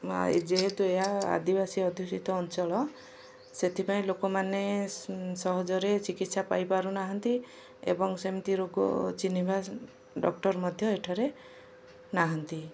ଯେହେତୁ ଏହା ଆଦିବାସୀ ଅଞ୍ଚଳ ସେଥିପାଇଁ ଲୋକମାନେ ସହଜରେ ଚିକିତ୍ସା ପାଇପାରୁନାହାନ୍ତି ଏବଂ ସେମିତି ରୋଗ ଚିହ୍ନିବା ଡକ୍ଟର ମଧ୍ୟ ଏଠାରେ ନାହାନ୍ତି